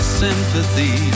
sympathy